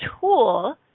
tool